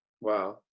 Wow